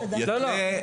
יבטל.